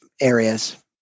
Areas